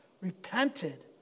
repented